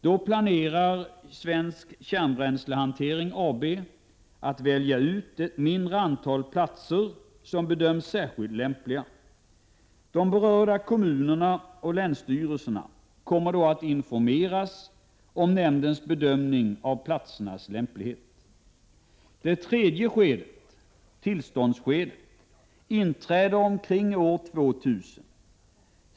Då planerar Svensk Kärnbränslehantering AB att välja ut ett mindre antal platser som bedöms särskilt lämpliga. De berörda kommunerna och länsstyrelserna kommer då att informeras om nämndens bedömning av platsernas lämplighet. Det tredje skedet, tillståndsskedet, inträder omkring år 2000.